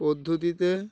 পদ্ধতিতে